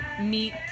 meet